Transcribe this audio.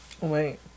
Wait